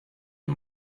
the